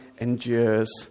endures